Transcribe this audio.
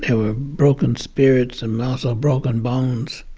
and were broken spirits and also broken bones